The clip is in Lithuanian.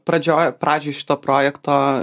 pradžioj pradžioj šito projekto